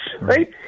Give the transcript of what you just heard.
right